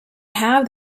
have